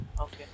Okay